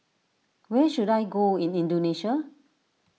where should I go in Indonesia